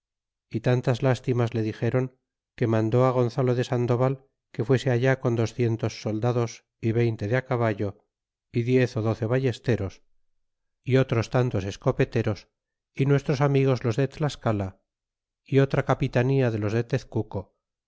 é tantas lastimas le dixeron que mandó á gonzalo de sandoval que fuese allá con docientos soldados y veinte de á caballo ó diez ó doce ballesteros y otros tantos es copeteros y nuestros amigos los de tlascala y otra capitanía de os de tezcuco